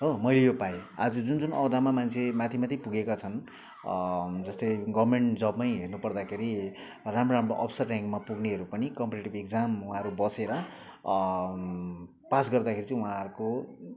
मैले यो पाए आज जुन जुन ओहदामा मान्छे माथि माथि पुगेका छन् जस्तै गर्मेन्ट जबमै हेर्नु पर्दाखेरि राम्रो राम्रो अफिसर ऱ्याङ्कमा पुग्नेहरू पनि कम्पिटेटिभ इक्जाम उहाँहरू बसेर पास गर्दाखेरि उहाँहरूको